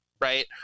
Right